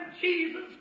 Jesus